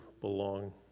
belong